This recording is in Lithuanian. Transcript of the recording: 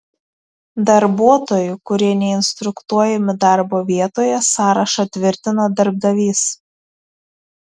darbuotojų kurie neinstruktuojami darbo vietoje sąrašą tvirtina darbdavys